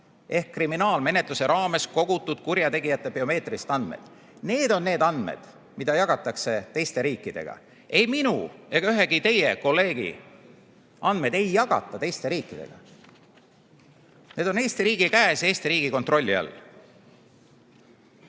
ehk kriminaalmenetluse raames kogutud kurjategijate biomeetrilised andmed. Need on need andmed, mida jagatakse teiste riikidega. Ei minu ega ühegi teie kolleegi andmeid ei jagata teiste riikidega. Need on Eesti riigi käes ja Eesti riigi kontrolli all. Mina